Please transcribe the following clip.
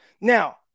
Now